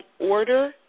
order